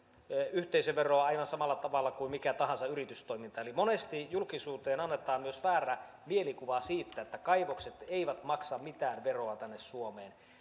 yhteisöveroa aivan samalla tavalla kuin mikä tahansa yritystoiminta vaikka monesti julkisuuteen annetaan myös väärä mielikuva siitä että kaivokset eivät maksa mitään veroa tänne suomeen